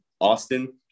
Austin